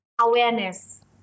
awareness